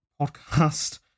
podcast